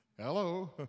Hello